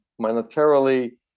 monetarily